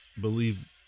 believe